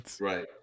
Right